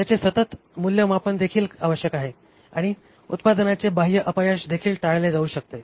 त्याचे सतत मूल्यमापन देखील आवश्यक आहे आणि उत्पादनाचे बाह्य अपयश देखील टाळले जाऊ शकते